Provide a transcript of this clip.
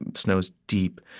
and snow is deep.